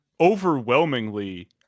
overwhelmingly